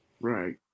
Right